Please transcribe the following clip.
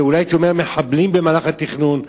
ואולי הייתי אומר מחבלים במהלך התכנון,